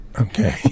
Okay